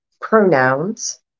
pronouns